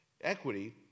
equity